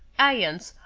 ions,